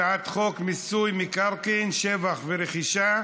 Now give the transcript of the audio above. הצעת חוק מיסוי מקרקעין (שבח ורכישה)